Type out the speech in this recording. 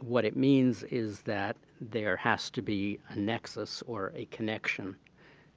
what it means is that there has to be a nexus or a connection